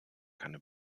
keine